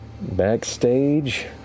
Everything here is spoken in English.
Backstage